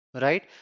right